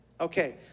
Okay